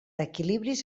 equilibris